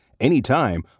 anytime